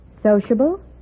sociable